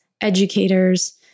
educators